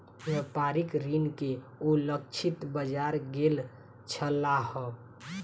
व्यापारिक ऋण के ओ लक्षित बाजार गेल छलाह